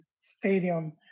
stadium